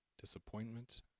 disappointment